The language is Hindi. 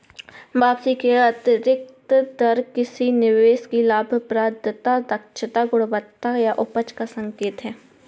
वापसी की आंतरिक दर किसी निवेश की लाभप्रदता, दक्षता, गुणवत्ता या उपज का संकेत है